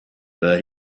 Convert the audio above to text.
but